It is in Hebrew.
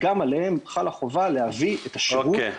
גם עליהם חלה חובה להביא את השירות,